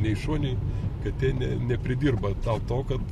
nei šuo nei katė ne nepridirba tau to kad